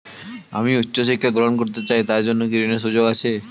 আমি উচ্চ শিক্ষা গ্রহণ করতে চাই তার জন্য কি ঋনের সুযোগ আছে?